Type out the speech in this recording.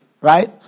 Right